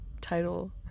title